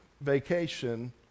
vacation